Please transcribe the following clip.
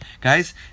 Guys